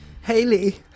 Haley